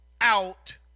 out